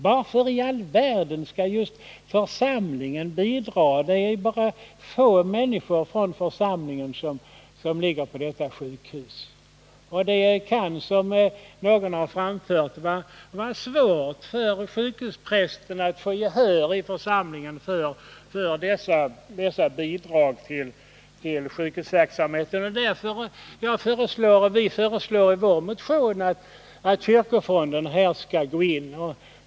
Varför i all världen skall just församligen bidra? Det är bara ett fåtal människor från församlingen söm ligger på detta sjukhus. Det kan, som någon framfört, vara svårt för sjukhusprästen att få gehör i församlingen för dessa bidrag till sjukhusverksamheten. Därför föreslår vi i vår motion att kyrkofonden skall gå in.